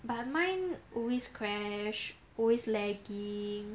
but mine always crash always laggy